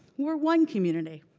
we're one community.